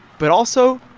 but also,